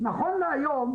נכון להיום,